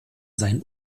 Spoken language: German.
seinen